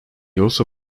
also